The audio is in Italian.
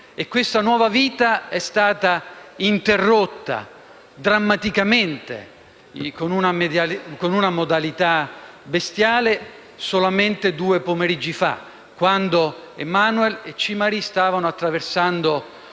La nuova vita è stata interrotta drammaticamente, con una modalità bestiale, due pomeriggi fa, quando Emmanuel e Chinyery stavano attraversando